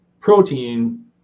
protein